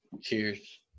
Cheers